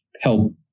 help